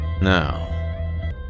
Now